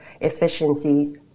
efficiencies